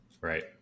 Right